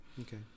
Okay